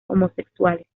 homosexuales